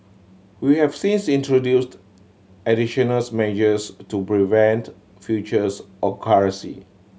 we have since introduced additional's measures to prevent futures occurrence